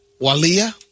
Walia